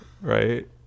right